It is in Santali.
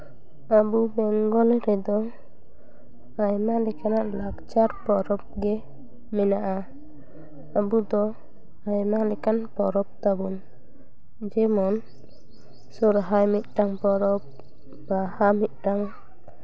ᱟᱵᱚ ᱵᱮᱝᱜᱚᱞ ᱨᱮᱫᱚ ᱟᱭᱢᱟ ᱞᱮᱠᱟᱱᱟᱜ ᱞᱟᱠᱪᱟᱨ ᱯᱚᱨᱚᱵᱽ ᱜᱮ ᱢᱮᱱᱟᱜᱼᱟ ᱟᱵᱚᱫᱚ ᱟᱭᱢᱟ ᱞᱮᱠᱟᱱ ᱯᱚᱨᱚᱵᱽ ᱛᱟᱵᱚᱱ ᱡᱮᱢᱚᱱ ᱥᱚᱦᱚᱨᱟᱭ ᱢᱤᱫᱴᱟᱱ ᱯᱚᱨᱚᱵᱽ ᱵᱟᱦᱟ ᱢᱤᱫᱴᱟᱱ